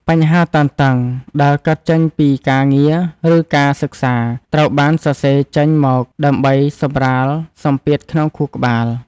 បញ្ហាតានតឹងដែលកើតចេញពីការងារ ឬការសិក្សា ត្រូវបានសរសេរចេញមកដើម្បីសម្រាលសម្ពាធក្នុងខួរក្បាល។